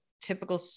typical